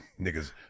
niggas